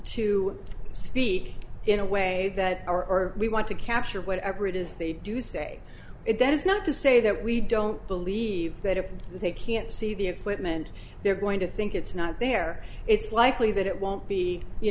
to speak in a way that our we want to capture whatever it is they do say that is not to say that we don't believe that if they can't see the equipment they're going to think it's not there it's likely that it won't be you